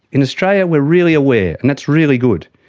in australia we are really aware, and that's really good,